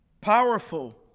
powerful